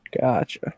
Gotcha